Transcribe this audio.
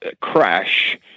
crash